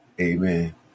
amen